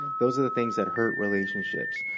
those are the things that hurt relationships.